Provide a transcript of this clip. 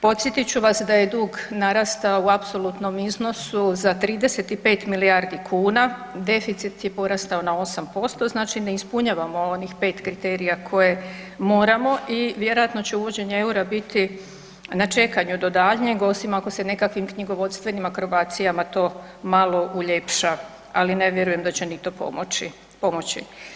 Podsjetit ću vas da je dug narastao u apsolutnom iznosu za 35 milijardi kuna, deficit je porastao na 8% znači ne ispunjavamo onih 5 kriterija koje moramo i vjerojatno će uvođenje EUR-a bit na čekanju do daljnjega osim ako se nekakvim knjigovodstvenim akrobacijama to malo uljepša, ali ne vjerujem da će ni to pomoći.